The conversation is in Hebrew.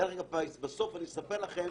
בסוף אני אספר לכם